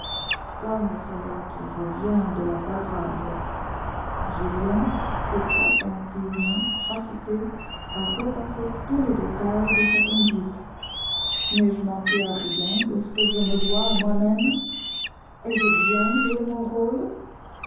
comme le soldat qui revient de la parade julien fut attentivement occupé à repasser tous les détails de sa conduite n'ai-je manqué à rien de ce que je me dois à moi-même ai-je bien joué mon rôle